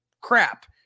crap